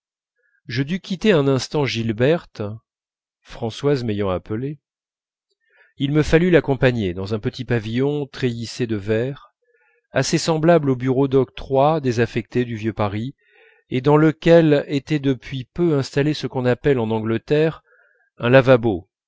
je dus quitter un instant gilberte françoise m'ayant appelé il me fallut l'accompagner dans un petit pavillon treillissé de vert assez semblable aux bureaux d'octroi désaffectés du vieux paris et dans lequel étaient depuis peu installés ce qu'on appelle en angleterre un lavabo